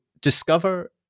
discover